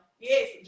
yes